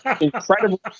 incredible